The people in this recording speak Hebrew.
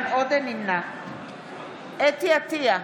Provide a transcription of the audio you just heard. נמנע חוה אתי עטייה,